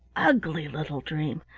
ugly little dream,